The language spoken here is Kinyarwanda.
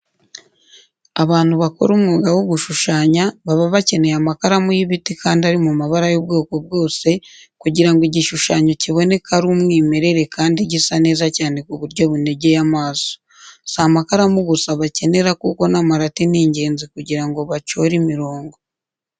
Abantu bakora umwuga wo gushushanya, baba bakeneye amakaramu y'ibiti kandi ari mu mabara y'ubwoko bwose, kugira ngo igishushanyo kiboneke ari umwimerere kandi gisa neza cyane ku buryo bunogeye amaso. Si amakaramu gusa bakenera kuko n'amarati ni ingenzi kugira ngo bacore imirongo.